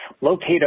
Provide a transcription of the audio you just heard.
located